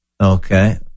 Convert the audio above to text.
Okay